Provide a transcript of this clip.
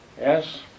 Yes